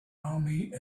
army